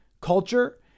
culture